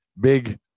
big